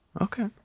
Okay